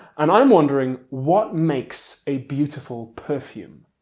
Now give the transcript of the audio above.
and i'm wondering what makes a beautiful perfume?